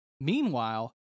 meanwhile